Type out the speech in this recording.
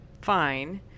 fine